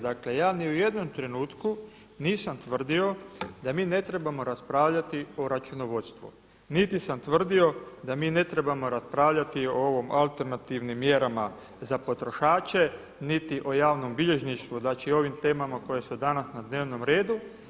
Dakle ja ni u jednom trenutku nisam tvrdio da mi ne trebamo raspravljati o računovodstvu, niti sam tvrdio da mi ne trebamo raspravljati o ovim alternativnim mjerama za potrošače niti o javnom bilježništvu, znači o ovim temama koje su danas na dnevnom redu.